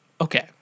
okay